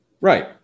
Right